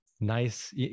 nice